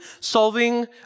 solving